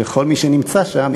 וכל מי שנמצא שם,